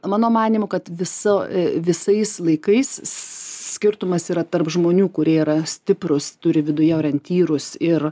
mano manymu kad viso visais laikais skirtumas yra tarp žmonių kurie yra stiprūs turi viduje orientyrus ir